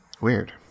Weird